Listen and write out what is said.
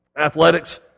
athletics